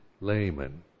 layman